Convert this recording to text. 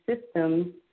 systems